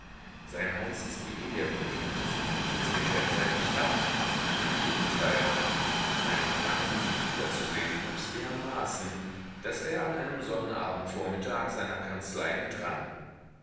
sein heißes begehren kühlte sich durch das getrenntsein nicht ab im gegenteil sein verlangen sie wiederzusehen wuchs dermaßen daß er an einem sonnabendvormittag seiner kanzlei entrann